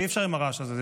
אי-אפשר עם הרעש הזה,